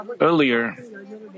Earlier